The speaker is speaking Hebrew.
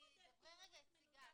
סיגל